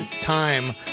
time